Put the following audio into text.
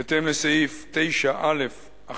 בהתאם לסעיף 9(א)(11)